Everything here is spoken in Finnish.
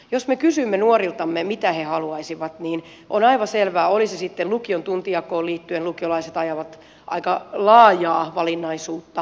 jos me kysymme nuoriltamme mitä he haluaisivat niin on aivan selvää oli se sitten vaikka lukion tuntijakoon liit tyen että lukiolaiset ajavat aika laajaa valinnaisuutta